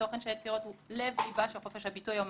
כשהתוכן של היצירות הוא לב לבו של חופש הביטוי האומנותי.